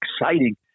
exciting